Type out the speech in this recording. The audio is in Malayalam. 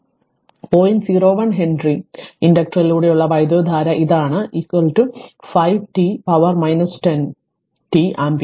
01 ഹെൻറി ഇൻഡക്ടറിലൂടെയുള്ള വൈദ്യുതധാര ഇതാണ് 5 ടി പവർ 10 ടി ആമ്പിയർ